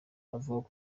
avuga